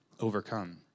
overcome